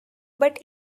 but